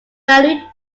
value